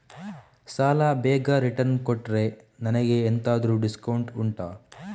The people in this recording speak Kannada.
ಸಾಲ ಬೇಗ ರಿಟರ್ನ್ ಕೊಟ್ರೆ ನನಗೆ ಎಂತಾದ್ರೂ ಡಿಸ್ಕೌಂಟ್ ಉಂಟಾ